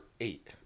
eight